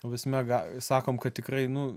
ta prasme ga sakom kad tikrai nu